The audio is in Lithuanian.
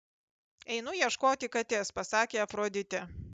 einu ieškoti katės pasakė afroditė